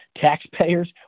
taxpayers